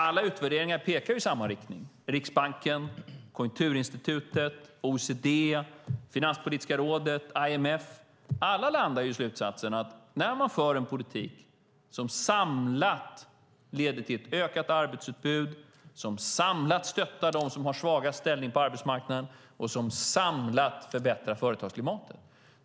Alla utvärderingar pekar också i samma riktning - Riksbanken, Konjunkturinstitutet, OECD, Finanspolitiska rådet, IMF landar alla i slutsatsen att sysselsättningen stiger när man för en politik som samlat leder till ett ökat arbetsutbud, samlat stöttar dem som har svagast ställning på arbetsmarknaden och samlat förbättrar företagsklimatet.